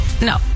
No